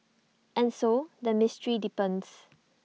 and so the mystery deepens